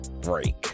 break